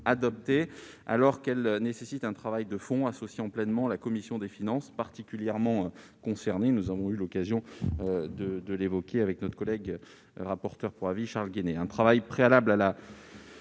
alors qu'elle nécessite un travail de fond associant pleinement la commission des finances, particulièrement concernée- nous avons eu l'occasion de l'évoquer avec notre collègue rapporteur pour avis Charles Guené.